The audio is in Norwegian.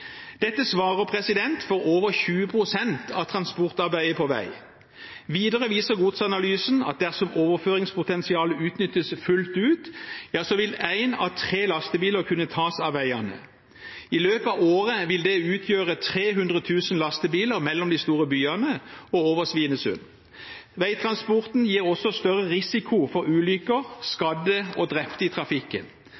Dette svarer til over 20 pst. av transportarbeidet på vei. Videre viser godsanalysen at dersom overføringspotensialet utnyttes fullt ut, vil én av tre lastebiler kunne tas ut av veiene. I løpet av året vil det utgjøre 300 000 lastebiler mellom de store byene og over Svinesund. Veitransporten gir også større risiko for ulykker,